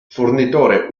fornitore